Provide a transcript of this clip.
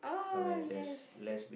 ah yes